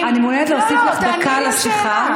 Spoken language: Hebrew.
מחקרים, אני מעוניינת להוסיף לך דקה לשיחה.